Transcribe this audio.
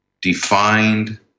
Defined